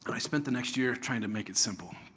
but i spent the next year trying to make it simple.